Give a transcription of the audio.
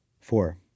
Four